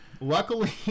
luckily